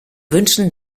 wünschen